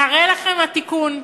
והרי לכם התיקון.